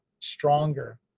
stronger